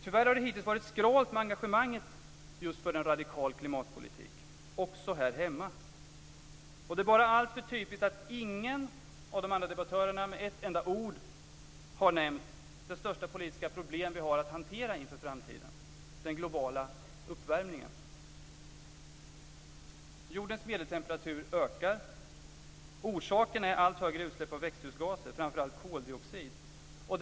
Tyvärr har det hittills varit skralt med engagemanget just för en radikal klimatpolitik också här hemma. Det är bara alltför typiskt att ingen av de andra debattörerna med ett enda ord har nämnt det största politiska problem vi har att hantera inför framtiden - den globala uppvärmningen. Jordens medeltemperatur ökar. Orsaken är allt större utsläpp av växthusgaser, framför allt koldioxid.